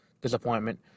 disappointment